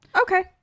Okay